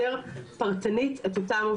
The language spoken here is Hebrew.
לפני הרבה שנים בסביבות אם אני לא טועה,